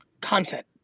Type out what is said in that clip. content